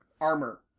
armor